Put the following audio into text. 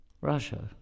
Russia